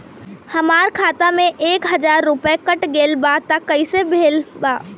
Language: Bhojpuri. हमार खाता से एक हजार रुपया कट गेल बा त कइसे भेल बा?